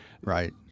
Right